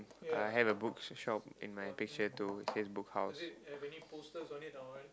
I have a bookshop in my picture too it says Book-House